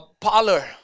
parlor